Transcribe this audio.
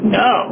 no